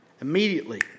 Immediately